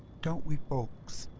don't we folks?